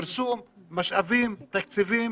לעשות פרסום, לתת משאבים, תקציבים,